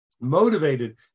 motivated